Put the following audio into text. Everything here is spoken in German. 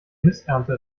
missernte